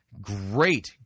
Great